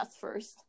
first